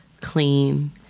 clean